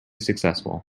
successful